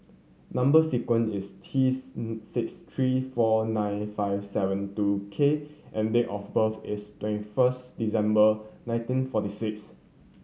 number sequence is T six three four nine five seven two K and date of birth is twenty first December nineteen forty six